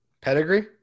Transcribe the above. pedigree